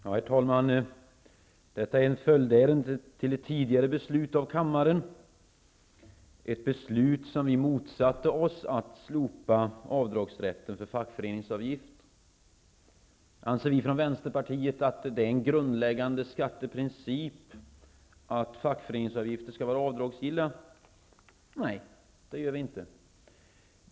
Herr talman! Detta är ett följdärende till ett tidigare beslut av kammaren. Det var ett beslut om att slopa avdragsrätten för fackföreningsavgift som vi motsatte oss. Anser Vänsterpartiet att det är en grundläggande skatteprincip att fackföreningsavgifter skall vara avdragsgilla? Nej, det gör vi inte.